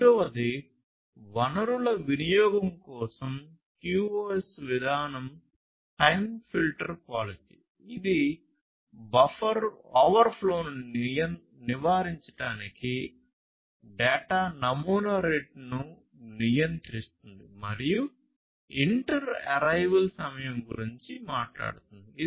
రెండవది వనరుల వినియోగం కోసం QoS విధానం టైమ్ ఫిల్టర్ పాలసీ ఇది బఫర్ ఓవర్ఫ్లోను నివారించడానికి డేటా నమూనా రేటును నియంత్రిస్తుంది మరియు ఇంటర్ arrival సమయం గురించి మాట్లాడుతుంది